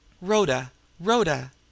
Rhoda—Rhoda